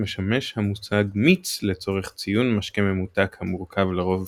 משמש המושג "מיץ" לצורך ציון משקה ממותק המורכב לרוב